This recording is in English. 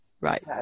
right